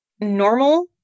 normal